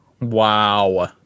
Wow